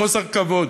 חוסר כבוד.